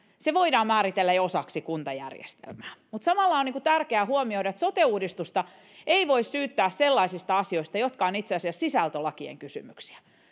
voidaan määritellä jo osaksi kuntajärjestelmää mutta samalla on tärkeää huomioida että sote uudistusta ei voi syyttää sellaisista asioista jotka ovat itse asiassa sisältölakien kysymyksiä